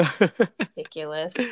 ridiculous